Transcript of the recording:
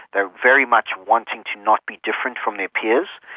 they're very much wanting to not be different from their peers.